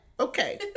Okay